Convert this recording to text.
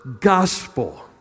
gospel